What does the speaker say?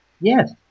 Yes